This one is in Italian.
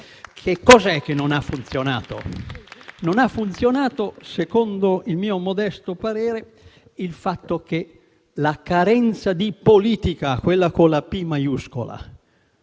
Cosa non ha funzionato? Non ha funzionato, secondo il mio modesto parere, il fatto che la carenza di politica, quella con la P maiuscola,